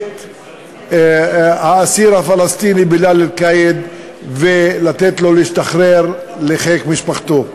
את האסיר הפלסטיני בילאל קאיד ולתת לו לשוב לחיק משפחתו.